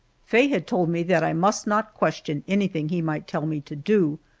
faye had told me that i must not question anything he might tell me to do,